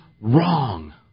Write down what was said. wrong